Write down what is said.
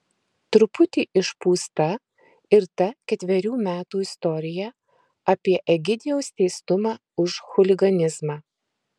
truputį išpūsta ir ta ketverių metų istorija apie egidijaus teistumą už chuliganizmą